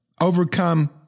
overcome